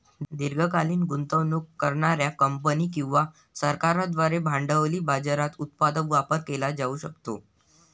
दीर्घकालीन गुंतवणूक करणार्या कंपन्या किंवा सरकारांद्वारे भांडवली बाजाराचा उत्पादक वापर केला जाऊ शकतो